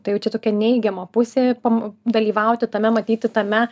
tai jau čia tokia neigiama pusė pam dalyvauti tame matyti tame